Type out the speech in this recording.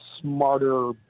smarter